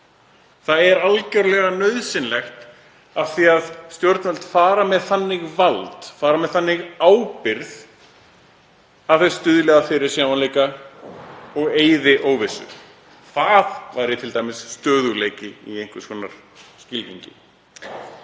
Það er algerlega nauðsynlegt af því að stjórnvöld fara með þannig vald, fara með þannig ábyrgð að þau eiga að stuðla að fyrirsjáanleika og eyða óvissu. Það væri t.d. stöðugleiki í einhvers konar skilningi.